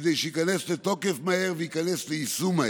כדי שהוא ייכנס מהר לתוקף וייכנס מהר ליישום.